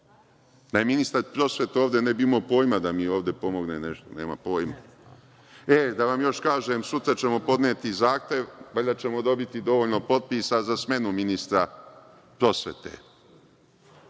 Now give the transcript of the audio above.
Da je ministar prosvete ovde, ne bi imao pojma da mi ovde pomogne nešto, nema pojma.E, da vam još kažem, sutra ćemo podneti zahtev, valjda ćemo dobiti dovoljno potpisa, za smenu ministra prosvete.